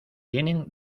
tienen